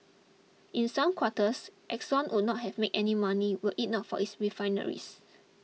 in some quarters Exxon would not have made any money were it not for its refineries